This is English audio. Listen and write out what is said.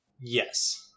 Yes